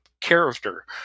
character